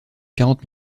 quarante